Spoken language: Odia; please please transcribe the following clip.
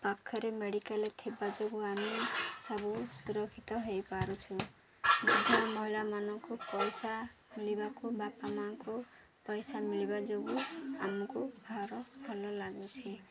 ପାଖରେ ମେଡ଼ିକାଲ୍ ଥିବା ଯୋଗୁଁ ଆମେ ସବୁ ସୁରକ୍ଷିତ ହୋଇପାରୁଛୁ ବିଧବା ମହିଳାମାନଙ୍କୁ ପଇସା ମିଳିବାକୁ ବାପା ମାଆଙ୍କୁ ପଇସା ମିଳିବା ଯୋଗୁଁ ଆମକୁ ଭାର ଭଲ ଲାଗୁଛି